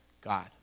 God